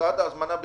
הוצאת ההזמנה בחודש.